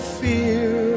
fear